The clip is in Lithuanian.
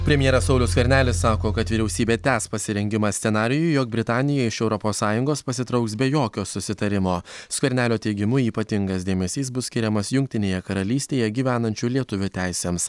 premjeras saulius skvernelis sako kad vyriausybė tęs pasirengimą scenarijui jog britanija iš europos sąjungos pasitrauks be jokio susitarimo skvernelio teigimu ypatingas dėmesys bus skiriamas jungtinėje karalystėje gyvenančių lietuvių teisėms